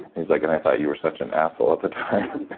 he's like, and i thought you were such an asshole at the time.